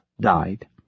died